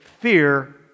fear